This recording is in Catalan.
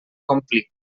complit